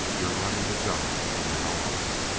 you're running the job from now on.